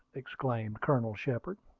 exclaimed colonel shepard.